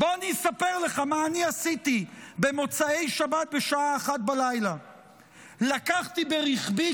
בוא אני אספר לך מה אני עשיתי במוצאי שבת בשעה 01:00. לקחתי ברכבי